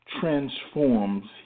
transforms